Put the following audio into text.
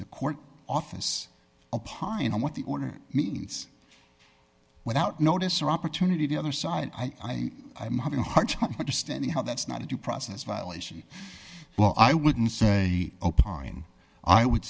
the court office a pint on what the owner means without notice or opportunity the other side i am having a hard time understanding how that's not a due process violation well i wouldn't say opine i would